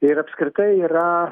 ir apskritai yra